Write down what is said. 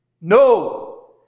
No